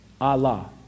Allah